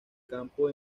campo